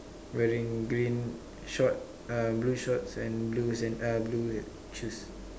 wearing green short um blue shorts and blue zen uh blue shoes